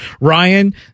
Ryan